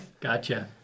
Gotcha